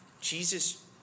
Jesus